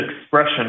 expression